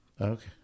Okay